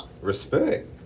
respect